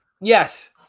Yes